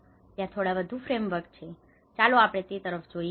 ત્યાં થોડા વધુ ફ્રેમવર્ક છે ચાલો આપણે તે તરફ જઈએ